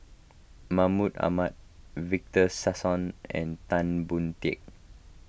Mahmud Ahmad Victor Sassoon and Tan Boon Teik